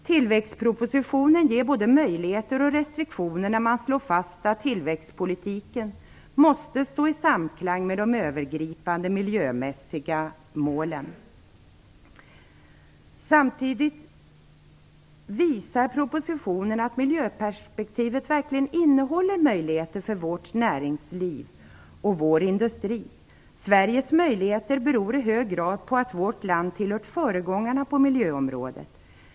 Tillväxtpropositionen innebär både möjligheter och restriktioner när man slår fast att tillväxtpolitiken måste stå i samklang med de övergripande miljömässiga målen. Samtidigt visar propositionen att miljöperspektivet verkligen innehåller möjligheter för vårt näringsliv och vår industri. Sveriges möjligheter beror i hög grad på att vårt land tillhört föregångarna på miljöområdet.